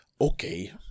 Okay